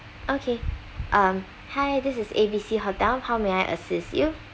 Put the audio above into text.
okay um hi this is A B C hotel how may I assist you